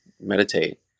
meditate